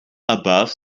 above